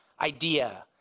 idea